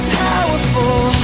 powerful